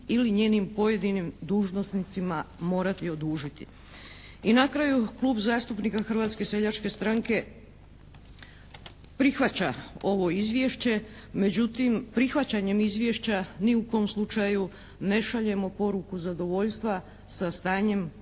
ili njenim pojedinim dužnosnicima morati odužiti. I na kraju Klub zastupnika Hrvatske seljačke stranke prihvaća ovo Izvješće, međutim prihvaćanjem Izvješća ni u kom slučaju ne šaljemo poruku zadovoljstva sa stanjem